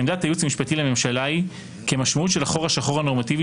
עמדת הייעוץ המשפטי לממשלה היא כי המשמעות של החור השחור הנורמטיבי